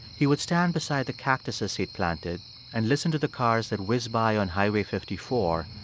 he would stand beside the cactuses he'd planted and listen to the cars that whizzed by on highway fifty four,